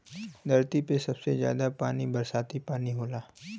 धरती पे सबसे जादा पानी बरसाती पानी होला